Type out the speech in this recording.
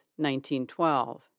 1912